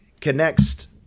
connects